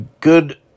good